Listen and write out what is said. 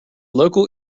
local